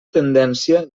tendència